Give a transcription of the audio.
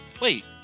Wait